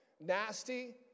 nasty